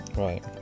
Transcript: Right